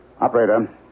Operator